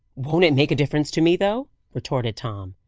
won't it make a difference to me, though! retorted tom.